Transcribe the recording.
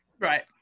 Right